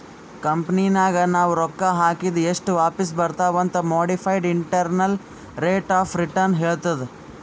ಕಂಪನಿನಾಗ್ ನಾವ್ ರೊಕ್ಕಾ ಹಾಕಿದ್ ಎಸ್ಟ್ ವಾಪಿಸ್ ಬರ್ತಾವ್ ಅಂತ್ modified internal rate of return ಹೇಳ್ತುದ್